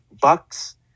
Bucks